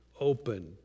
open